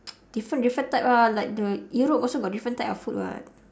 different different type lah like the europe also got different type of food [what]